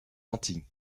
antilles